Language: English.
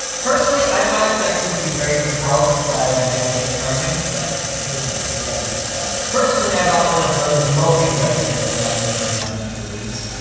personally, i'm not expecting to be very compelled by magsafe charging, but knows? maybe i'll be surprised. personally, i got one of those multi-device things that apple never manage to release.